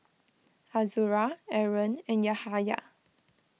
Azura Aaron and Yahaya